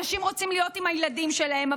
אנשים רוצים להיות עם הילדים שלהם,